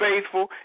faithful